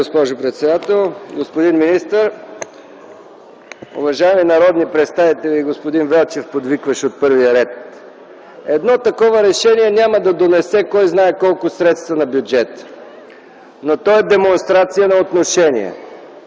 Господин министър, уважаеми народни представители! Господин Велчев подвикваше от първия ред. Едно такова решение няма да донесе кой знае колко средства на бюджета, но то е демонстрация на отношение,